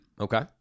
Okay